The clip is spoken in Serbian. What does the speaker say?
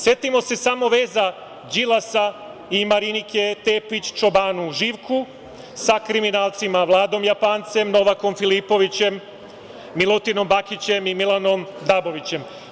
Setimo se samo veza Đilasa i Marinike Tepić Čobanu Živku sa kriminalcima Vladom Japancem, Novakom Filipovićem, Milutinom Bakićem i Milanom Dabovićem.